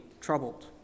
troubled